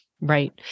Right